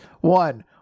One